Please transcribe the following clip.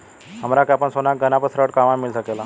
हमरा के आपन सोना के गहना पर ऋण कहवा मिल सकेला?